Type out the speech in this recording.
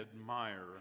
admire